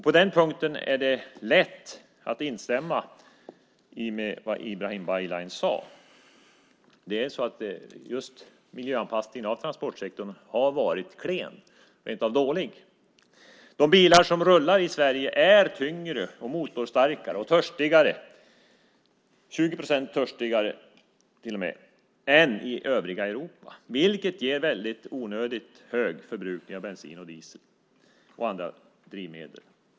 På den punkten är det lätt att instämma i vad Ibrahim Baylan sade. Miljöanpassningen av just transportsektorn har varit klen, rent av dålig. De bilar som rullar i Sverige är tyngre och motorstarkare och 20 procent törstigare än dem i övriga Europa vilket ger onödigt hög förbrukning av bensin, diesel och andra drivmedel.